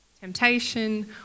temptation